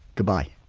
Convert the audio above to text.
goodbye